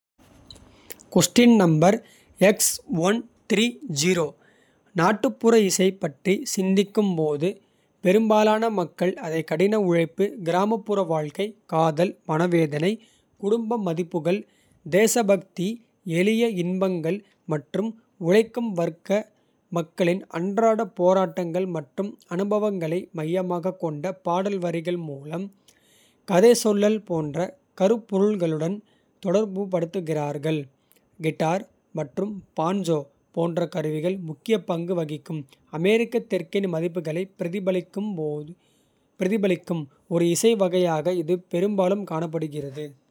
நாட்டுப்புற இசையைப் பற்றி சிந்திக்கும்போது. பெரும்பாலான மக்கள் அதை கடின உழைப்பு. கிராமப்புற வாழ்க்கை காதல் மனவேதனை. குடும்ப மதிப்புகள் தேசபக்தி எளிய இன்பங்கள் மற்றும். உழைக்கும் வர்க்க மக்களின் அன்றாட போராட்டங்கள். மற்றும் அனுபவங்களை மையமாகக் கொண்ட பாடல். வரிகள் மூலம் கதைசொல்லல் போன்ற கருப்பொருள்களுடன். தொடர்புபடுத்துகிறார்கள் கிட்டார் மற்றும் பான்ஜோ. போன்ற கருவிகள் முக்கிய பங்கு வகிக்கும் அமெரிக்க. தெற்கின் மதிப்புகளை பிரதிபலிக்கும் ஒரு இசை. வகையாக இது பெரும்பாலும் காணப்படுகிறது.